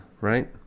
right